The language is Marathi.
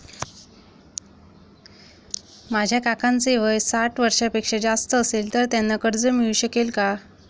माझ्या काकांचे वय साठ वर्षांपेक्षा जास्त असेल तर त्यांना कर्ज मिळू शकेल का?